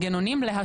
הם לא מספקים.